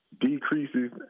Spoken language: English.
decreases